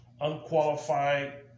unqualified